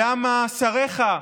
למה שריך,